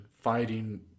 fighting